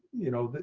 you know,